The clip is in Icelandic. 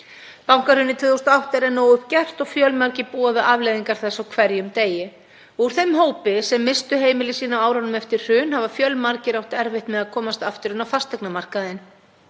Bankahrunið 2008 er enn óuppgert og fjölmargir búa við afleiðingar þess á hverjum degi. Úr þeim hópi sem misstu heimili sín á árunum eftir hrun hafa fjölmargir átt erfitt með að komast aftur inn á fasteignamarkaðinn.